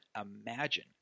imagine